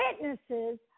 witnesses